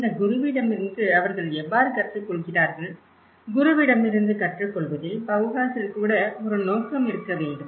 இந்த குருவிடமிருந்து அவர்கள் எவ்வாறு கற்றுக்கொள்கிறார்கள் குருவிடமிருந்து கற்றுக்கொள்வதில் பௌஹாஸில் கூட ஒரு நோக்கம் இருக்க வேண்டும்